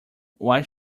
what